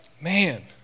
man